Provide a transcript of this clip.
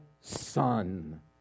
son